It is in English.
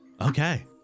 okay